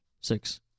six